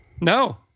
No